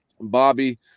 Bobby